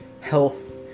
health